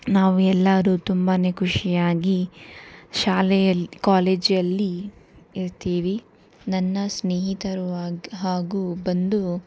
ನಾವು ಎಲ್ಲರೂ ತುಂಬಾ ಖುಷಿಯಾಗಿ ಶಾಲೆಯಲ್ಲಿ ಕಾಲೇಜಲ್ಲಿ ಇರ್ತೀವಿ ನನ್ನ ಸ್ನೇಹಿತರು ಆಗ ಹಾಗೂ ಬಂದು